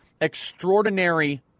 extraordinary